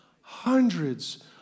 hundreds